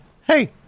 hey